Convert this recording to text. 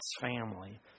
family